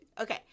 Okay